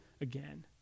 again